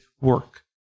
work